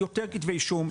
יש יותר כתבי אישום.